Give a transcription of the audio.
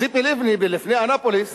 ציפי לבני לפני אנאפוליס